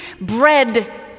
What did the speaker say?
bread